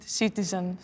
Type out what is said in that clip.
citizen